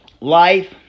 life